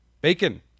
Bacon